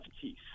teeth